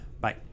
bye